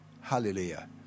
Hallelujah